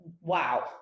wow